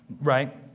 Right